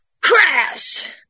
Crash